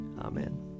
Amen